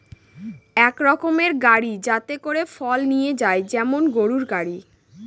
এক রকমের গাড়ি যাতে করে ফল নিয়ে যায় যেমন গরুর গাড়ি